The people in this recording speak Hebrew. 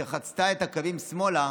שחצתה את הקווים שמאלה,